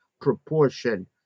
proportion